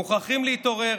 מוכרחים להתעורר,